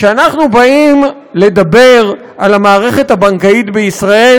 כשאנחנו באים לדבר על המערכת הבנקאית בישראל,